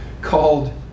called